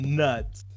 nuts